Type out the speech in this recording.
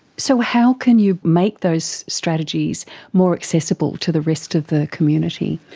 so how can you make those strategies more accessible to the rest of the community?